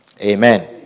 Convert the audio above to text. Amen